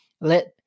let